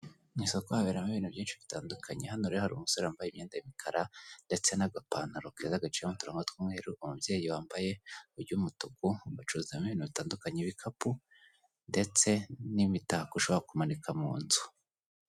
Isoko haberamo ibintu byinshi bitandukanye hano rero hari umusore wambaye imyenda yi imikara ndetse n'agapantaro keza gaciyeho uturongo tw'umweru umubyeyi wambaye uy'umutuku bacuza ibintu bitandukanye n' ibikapu ndetse n'imitako ushobora kumanika mu nzu.